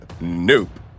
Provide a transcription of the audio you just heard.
Nope